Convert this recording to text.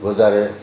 वधारे